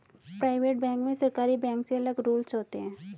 private bank में सरकारी bank से अलग रूल्स होते है